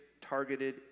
targeted